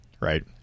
right